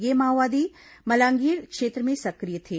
ये माओवादी मलांगीर क्षेत्र में सक्रिय थे